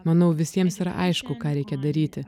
manau visiems yra aišku ką reikia daryti